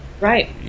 Right